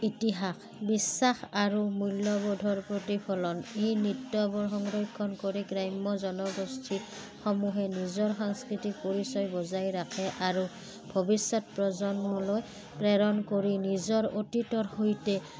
ইতিহাস বিশ্বাস আৰু মূল্যবোধৰ প্ৰতিফলন ই নৃত্যবোৰ সংৰক্ষণ কৰি গ্ৰাম্য জনগোষ্ঠীসমূহে নিজৰ সাংস্কৃতিক পৰিচয় বজাই ৰাখে আৰু ভৱিষ্যত প্ৰজন্মলৈ প্ৰেৰণ কৰি নিজৰ অতীতৰ সৈতে